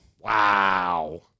Wow